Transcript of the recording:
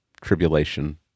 tribulation